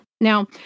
Now